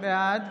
בעד